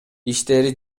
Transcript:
иштери